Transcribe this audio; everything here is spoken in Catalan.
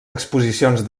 exposicions